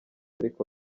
ariko